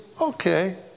okay